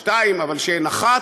שתיים אבל שהן אחת,